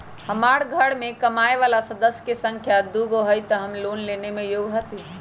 हमार घर मैं कमाए वाला सदस्य की संख्या दुगो हाई त हम लोन लेने में योग्य हती?